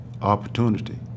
opportunity